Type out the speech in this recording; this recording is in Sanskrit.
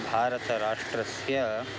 भारतराष्ट्रस्य